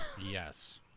yes